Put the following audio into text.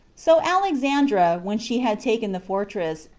so alexandra, when she had taken the fortress,